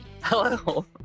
Hello